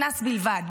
קנס בלבד,